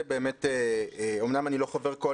יוראי להב הרצנו (יש עתיד - תל"ם): אמנם אני לא חבר קואליציה